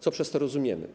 Co przez to rozumiemy?